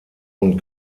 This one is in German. und